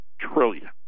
trillion